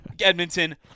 Edmonton